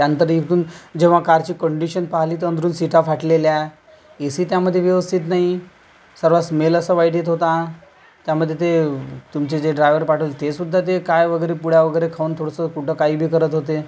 त्यानंतर एक दोन जेव्हा कारची कंडिशन पाहिली तर अंदरून सीटा फाटलेल्या ए सी त्यामध्ये व्यवस्थित नाही सर्व स्मेल असा वाईट येत होता त्यामध्ये ते तुमचे जे ड्रायव्हर पाठवले ते सुद्धा ते काय वगैरे पुड्या वगैरे खाऊन थोडंसं कुठं काहीबी करत होते